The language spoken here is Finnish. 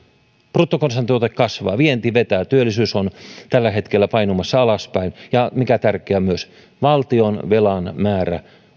bruttokansantuote kasvaa vienti vetää työllisyys on tällä hetkellä painumassa alaspäin ja mikä tärkeää myös valtionvelan määrän